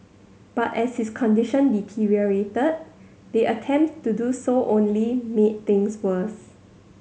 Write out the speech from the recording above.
but as his condition deteriorated the attempts to do so only made things worse